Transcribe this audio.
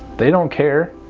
they don't care